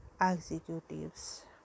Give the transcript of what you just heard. executives